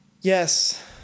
Yes